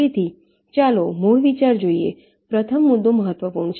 તેથી ચાલો મૂળ વિચાર જોઈએ પ્રથમ મુદ્દો મહત્વપૂર્ણ છે